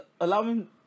Allowing